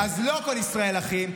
אז לא כל ישראל אחים.